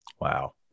Wow